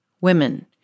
women